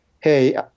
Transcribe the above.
hey